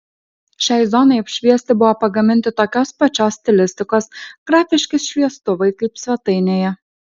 šiai zonai apšviesti buvo pagaminti tokios pačios stilistikos grafiški šviestuvai kaip svetainėje